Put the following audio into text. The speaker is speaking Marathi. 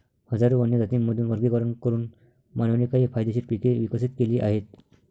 हजारो वन्य जातींमधून वर्गीकरण करून मानवाने काही फायदेशीर पिके विकसित केली आहेत